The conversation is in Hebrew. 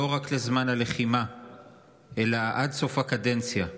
לא רק לזמן הלחימה אלא עד סוף הקדנציה,